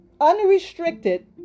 unrestricted